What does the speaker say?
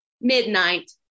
Midnight